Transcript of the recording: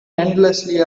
endlessly